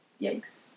yikes